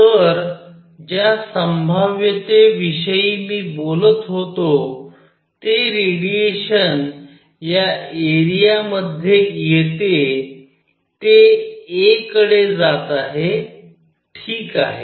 तर ज्या संभाव्यतेविषयी मी बोलत होतो ते रेडिएशन या एरिया मध्ये येते ते a कडे जात आहे ठीक आहे